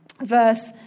verse